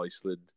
Iceland